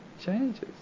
changes